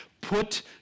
Put